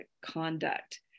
conduct